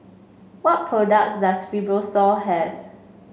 what products does Fibrosol have